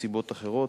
סיבות אחרות.